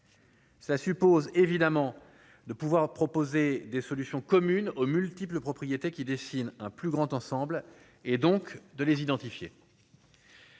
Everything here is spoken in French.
ça suppose évidemment de pouvoir proposer des solutions communes aux multiples propriétés qui dessine un plus grand ensemble et donc de les identifier.